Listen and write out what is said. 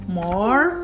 more